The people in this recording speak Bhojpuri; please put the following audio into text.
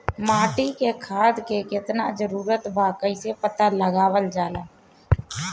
माटी मे खाद के कितना जरूरत बा कइसे पता लगावल जाला?